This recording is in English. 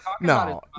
no